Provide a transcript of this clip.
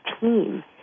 team